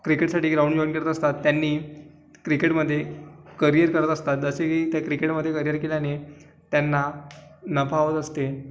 क्रिकेटसाठी ground join करत असतात त्यांनी क्रिकेटमध्ये करिअर करत असतात दसे की त्या क्रिकेटमध्ये करिअर केल्याने त्यांना नफा होत असते